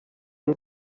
one